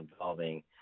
involving